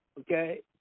okay